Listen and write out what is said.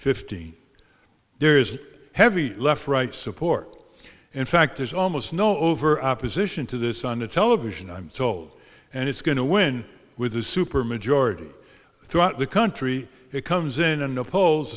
fifteen there is a heavy left right support in fact there's almost no over opposition to this on television i'm told and it's going to win with the super majority throughout the country it comes in and the polls